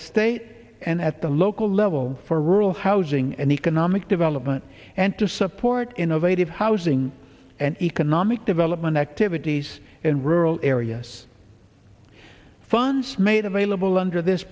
state and at the local level for rural housing and economic development and to support innovative housing and economic development activities in rural areas funds made available under this